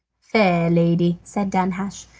fair lady, said danhasch,